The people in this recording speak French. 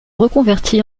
reconvertit